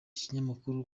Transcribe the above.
kinyamakuru